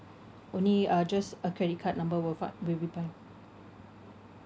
only uh just a credit card number will fi~ will be fine